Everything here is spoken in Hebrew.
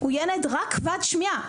הוא ילד רק כבד שמיעה,